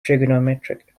trigonometric